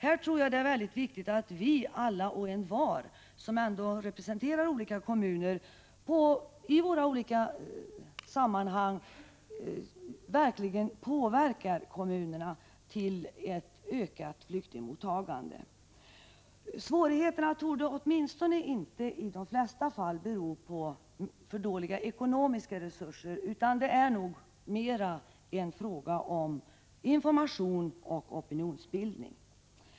Jag tror det är viktigt att vi alla, som representerar olika kommuner, i olika sammanhang verkligen påverkar kommunerna till ett ökat flyktingmottagande. Svårigheterna torde åtminstone i de flesta fall inte bero på för dåliga ekonomiska resurser, utan det är nog mer en fråga om information och opinionsbildning.